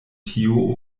tiu